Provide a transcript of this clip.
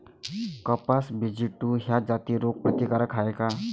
कपास BG two ह्या जाती रोग प्रतिकारक हाये का?